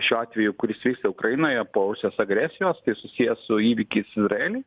šiuo atveju kuris vyksta ukrainoje po rusijos agresijos tai susiję su įvykiais izraely